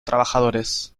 trabajadores